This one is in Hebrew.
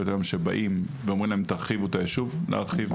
שאומרים להם להרחיב את הישוב לעשות הרחבה,